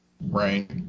Right